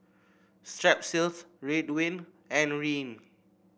Strepsils Ridwind and Rene